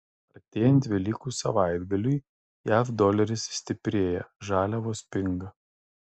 artėjant velykų savaitgaliui jav doleris stiprėja žaliavos pinga